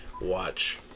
watch